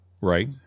Right